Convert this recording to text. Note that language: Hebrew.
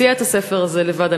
היא הוציאה את הספר הזה לבד.